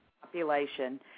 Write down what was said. population